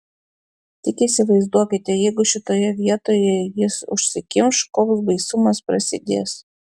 tik įsivaizduokite jeigu šitoje vietoje jis užsikimš koks baisumas prasidės